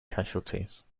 casualties